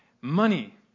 money